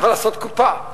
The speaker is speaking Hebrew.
למה לעשות קופה?